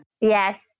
Yes